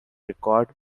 record